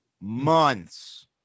Months